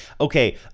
Okay